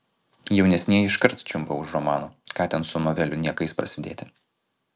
jaunesnieji iškart čiumpa už romano ką ten su novelių niekais prasidėti